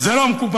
זה לא מקובל,